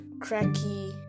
cracky